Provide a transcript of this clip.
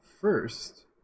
first